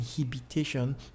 inhibition